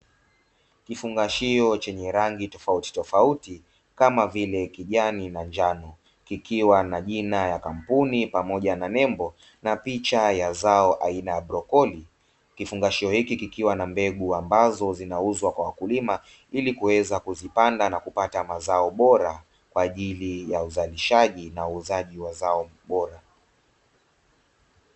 Kifungashio chenye rangi tofautitofauti kama vile kijani na njano kikiwa na jina la kampuni pamoja na nembo na picha ya zao aina ya bropoli, kifungashio hiki kikiwa na mbegu ambazo zinauzwa kwa wakulima ili kuzipanda na kupata mazao bora kwa ajili ya uzalishaji na uuzaji wa zao bora.